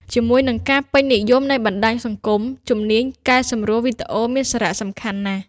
ជាមួយនឹងការពេញនិយមនៃបណ្ដាញសង្គម ជំនាញកែសម្រួលវីដេអូមានសារៈសំខាន់ណាស់។